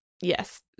Yes